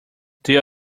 there